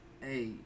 hey